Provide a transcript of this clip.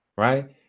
right